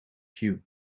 cue